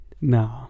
no